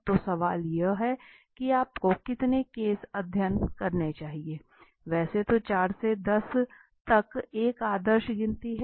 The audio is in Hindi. तो सवाल यह है कि आपको कितने केस अध्यन करने चाहिए वैसे तो चार से दस तक एक आदर्श गिनती है